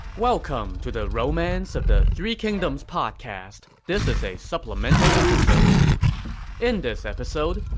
welcome to the romance of the three kingdoms podcast. this is a supplemental episode in this episode,